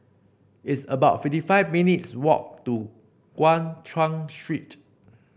it's about fifty five minutes' walk to Guan Chuan Street